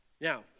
Now